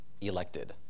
elected